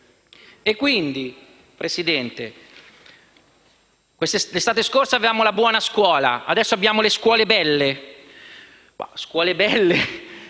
Signor Presidente, l'estate scorsa avevamo la buona scuola, adesso abbiamo le scuole belle. Sul